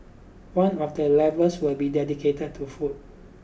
one of the levels will be dedicated to food